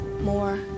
more